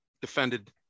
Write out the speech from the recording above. defended